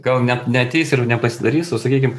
gal net neateis ir nepasidarys o sakykim